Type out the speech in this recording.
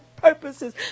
purposes